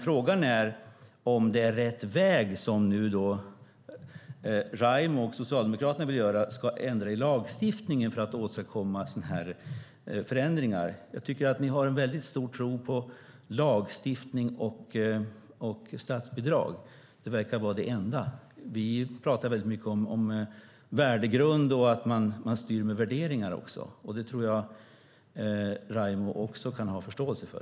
Frågan är om det är rätt väg att göra som Raimo och Socialdemokraterna vill, nämligen ändra lagstiftningen för att åstadkomma sådana förändringar. Jag tycker att ni har väldigt stor tilltro till lagstiftning och statsbidrag. Det verkar vara det enda. Vi pratar mycket om värdegrund och att man styr med värderingar. Det tror jag att Raimo kan ha förståelse för.